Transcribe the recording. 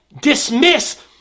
dismiss